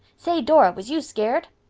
say, dora, was you scared?